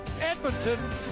Edmonton